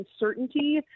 uncertainty